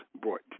brought